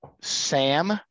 Sam